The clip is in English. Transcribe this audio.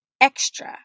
extra